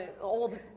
old